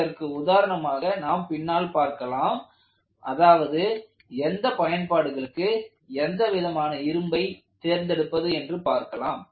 இதற்கு உதாரணமாக நாம் பின்னால் பார்க்கலாம் அதாவது எந்த பயன்பாடுகளுக்கு எவ்விதமான இரும்பை தேர்ந்தெடுப்பது என்று பார்க்கலாம்